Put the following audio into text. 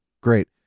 great